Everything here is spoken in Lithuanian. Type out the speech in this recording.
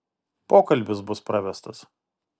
pokalbis bus pravestas